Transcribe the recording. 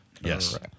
Yes